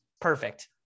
Perfect